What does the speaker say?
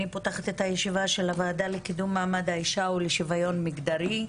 אני פותחת את הישיבה של הוועדה לקידום מעמד האישה ולשוויון מגדרי.